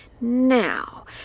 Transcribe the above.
Now